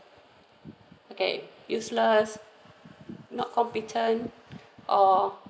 okay useless not competent or